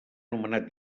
nomenat